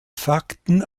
fakten